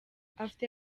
afite